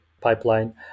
pipeline